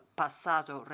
passato